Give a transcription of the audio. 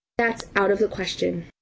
that's out of the question!